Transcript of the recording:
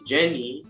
Jenny